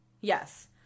yes